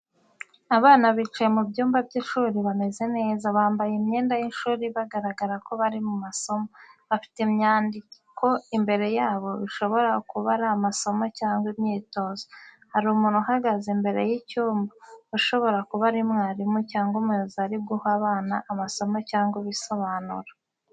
Abana bicaye mu byumba by'ishuri bameze neza bambaye imyenda y'ishuri bagaragara ko bari mu masomo. Bafite inyandiko imbere yabo bishobora kuba ari amasomo cyangwa imyitozo. Hari umuntu uhagaze imbere y’icyumba, ushobora kuba ari umwarimu cyangwa umuyobozi ari guha abana amasomo cyangwa ibisobanuro.